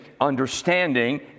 understanding